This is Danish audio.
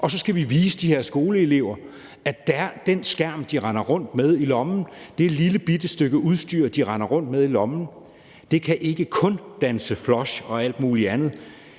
Og så skal vi vise de her skoleelever, at den skærm, de render rundt med i lommen, det lillebitte stykke udstyr, de render rundt med i lommen, ikke kun kan danse floss og alt muligt andet.